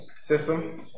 Systems